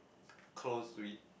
close with